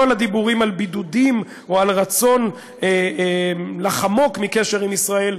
כל הדיבורים על בידודים או על רצון לחמוק מקשר עם ישראל,